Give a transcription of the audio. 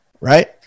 right